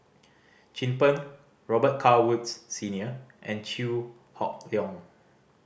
Chin Peng Robet Carr Woods Senior and Chew Hock Leong